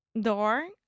door